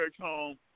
home